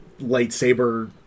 lightsaber